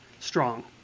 strong